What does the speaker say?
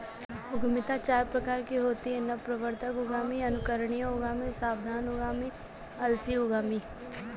उद्यमिता चार प्रकार की होती है नवप्रवर्तक उद्यमी, अनुकरणीय उद्यमी, सावधान उद्यमी, आलसी उद्यमी